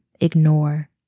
ignore